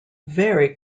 very